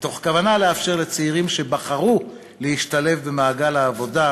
מתוך כוונה לאפשר לצעירים שבחרו להשתלב במעגל העבודה,